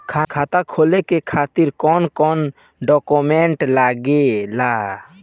खाता खोले के खातिर कौन कौन डॉक्यूमेंट लागेला?